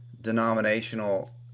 denominational